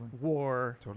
war